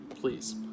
please